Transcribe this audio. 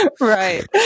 Right